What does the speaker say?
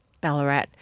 Ballarat